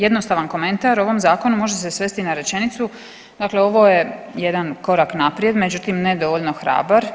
Jednostavan komentar o ovom zakonu može se svesti na rečenicu, dakle ovo je jedan korak naprijed međutim ne dovoljno hrabar.